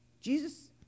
Jesus